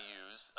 use